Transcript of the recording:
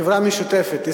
חברה משותפת,